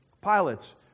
Pilots